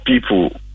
people